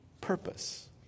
purpose